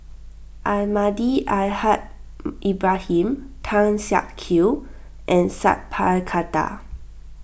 Almahdi Al Haj Ibrahim Tan Siak Kew and Sat Pal Khattar